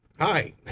Hi